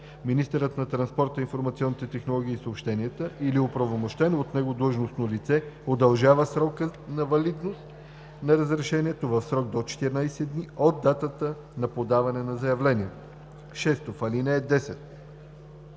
Министърът на транспорта, информационните технологии и съобщенията или оправомощено от него длъжностно лице удължава срока на валидност на разрешението в срок до 14 дни от датата на подаване на заявлението.“ 6. В ал.